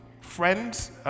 Friends